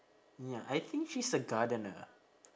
ya I think she's a gardener